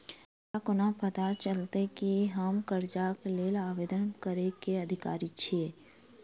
हमरा कोना पता चलतै की हम करजाक लेल आवेदन करै केँ अधिकारी छियै?